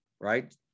right